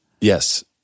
Yes